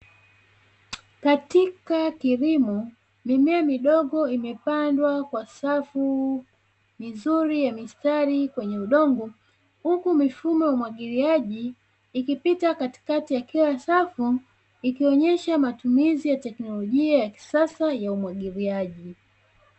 Katika kilimo mimea midogo imepandwa kwa safu vizuri ya mistari kwenye udongo, huku mifumo ya umwagiliaji ikipita katikati ya kila safu ikionyesha matumizi ya teknolojia ya kisasa ya umwagiliaji.